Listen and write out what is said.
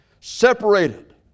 Separated